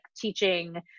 teaching